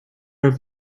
have